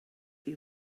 chi